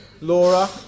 Laura